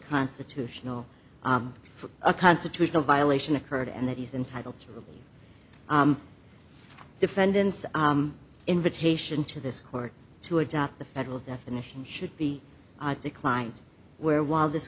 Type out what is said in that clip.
constitutional for a constitutional violation occurred and that he's entitled to a defendant's invitation to this court to adopt the federal definition should be declined where while this